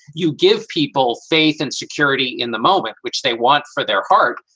you give people faith and security in the moment, which they want for their heart,